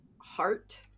heart